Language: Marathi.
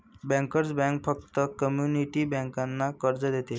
बँकर्स बँक फक्त कम्युनिटी बँकांना कर्ज देते